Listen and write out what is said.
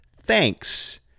Thanks